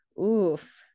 Oof